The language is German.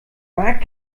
mag